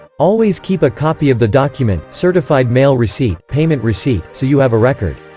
always keep a copy of the document, certified mail receipt, payment receipt, so you have a record.